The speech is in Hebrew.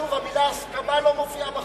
המלה הסכמה לא מופיעה בחוק.